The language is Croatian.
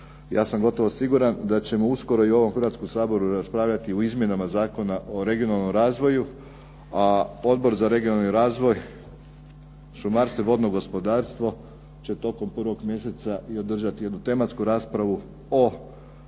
Ja sam gotovo siguran da ćemo uskoro i u ovom Hrvatskom saboru raspravljati o izmjenama Zakona o regionalnom razvoju, a Odbor za regionalni razvoj, šumarstvo i vodno gospodarstvo će tokom 1 mj. i održati jednu tematsku raspravu o strategiji